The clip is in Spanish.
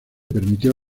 permitió